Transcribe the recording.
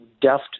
deft